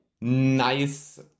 nice